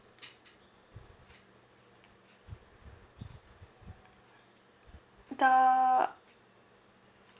the